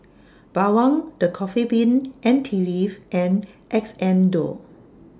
Bawang The Coffee Bean and Tea Leaf and Xndo